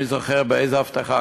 מי זוכר באיזו הבטחה?